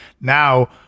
now